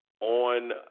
on